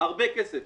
הרבה כסף,